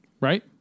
Right